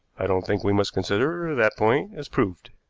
i don't think we must consider that point as proved.